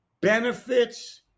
benefits